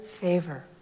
favor